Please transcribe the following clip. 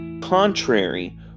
contrary